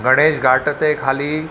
गणेश घाट ते ख़ाली